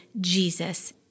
Jesus